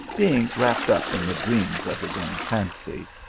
being wrapped up in the dreams of his own fancy,